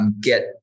get